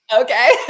Okay